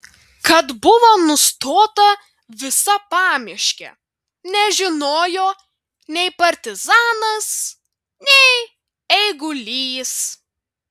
kad buvo nustota visa pamiškė nežinojo nei partizanas nei eigulys